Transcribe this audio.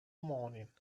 morning